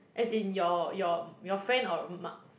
as in your your your friend or Mark's